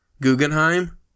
Guggenheim